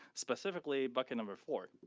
specifically bucket number four.